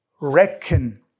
reckon